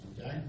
Okay